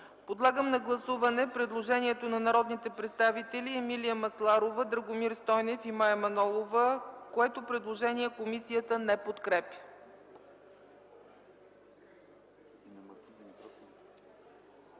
Подлагам на гласуване предложението на народните представители Емилия Масларова, Драгомир Стойнев и Мая Манолова, което комисията не подкрепя.